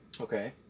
Okay